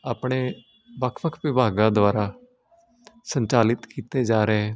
ਆਪਣੇ ਵੱਖ ਵੱਖ ਵਿਭਾਗਾਂ ਦੁਆਰਾ ਸੰਚਾਲਿਤ ਕੀਤੇ ਜਾ ਰਹੇ